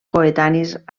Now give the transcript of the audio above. coetanis